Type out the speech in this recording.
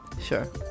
Sure